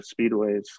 Speedways